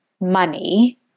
money